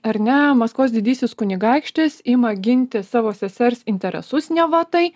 ar ne maskvos didysis kunigaikštis ima ginti savo sesers interesus neva tai